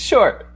Sure